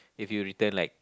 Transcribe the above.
if you return like